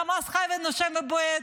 חמאס חי ונושם ובועט,